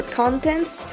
contents